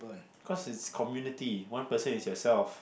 cause its community one person is yourself